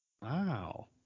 Wow